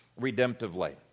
redemptively